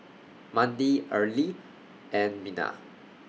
Mandi Earlie and Minna